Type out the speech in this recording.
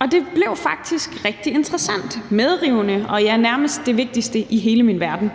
og det blev faktisk rigtig interessant, medrivende og, ja, nærmest det vigtigste i hele min verden.